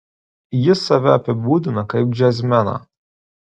jis save apibūdina kaip džiazmeną